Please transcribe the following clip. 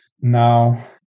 now